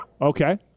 okay